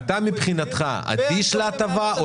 אתה מבחינתך אדיש להטבה?